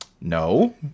no